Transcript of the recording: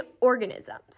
organisms